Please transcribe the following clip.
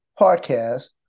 podcast